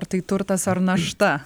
ar tai turtas ar našta